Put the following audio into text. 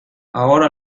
ahora